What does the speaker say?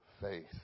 faith